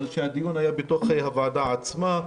הדיון היה בתוך הוועדה עצמה.